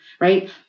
Right